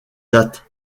date